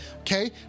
Okay